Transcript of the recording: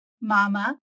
Mama